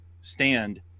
stand